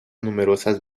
numerosas